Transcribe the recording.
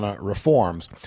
reforms